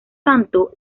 santo